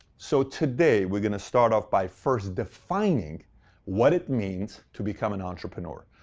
so today we're going to start off by first defining what it means to become an entrepreneur.